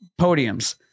podiums